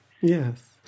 yes